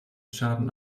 schaden